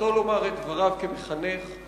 לומר את דעתו כמחנך.